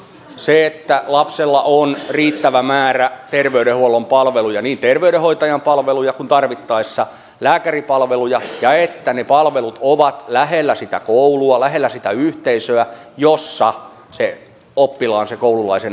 se että lapsella on riittävä määrä terveydenhuollon palveluja niin terveydenhoitajan palveluja kuin tarvittaessa lääkäripalveluja ja että ne palvelut ovat lähellä sitä koulua lähellä sitä yhteisöä jossa sen oppilaan koululaisen arki on